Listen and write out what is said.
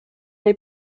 les